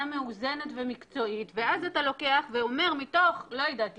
מאוזנת ומקצועית ואז אתה לוקח ואומר שמתוך לא יודעת,